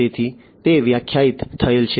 તેથી તે વ્યાખ્યાયિત થયેલ છે